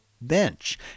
bench